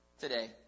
Today